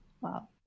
Wow